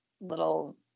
little